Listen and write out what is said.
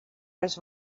ris